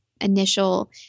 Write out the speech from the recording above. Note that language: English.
initial